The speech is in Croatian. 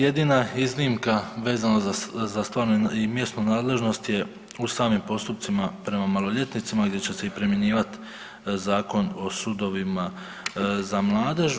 Jedina iznimka vezano za stvarnu i mjesnu nadležnost je u samim postupcima prema maloljetnicima gdje će se i primjenjivati Zakon o sudovima za mladež.